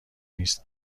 نیست